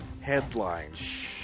headlines